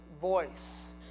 voice